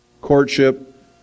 courtship